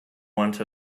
want